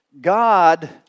God